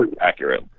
accurate